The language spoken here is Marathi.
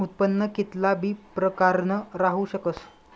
उत्पन्न कित्ला बी प्रकारनं राहू शकस